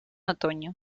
otoño